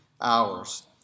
Hours